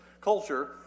culture